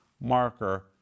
marker